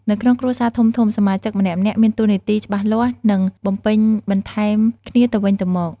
នៅក្នុងគ្រួសារធំៗ សមាជិកម្នាក់ៗមានតួនាទីច្បាស់លាស់ និងបំពេញបន្ថែមគ្នាទៅវិញទៅមក។